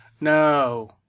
No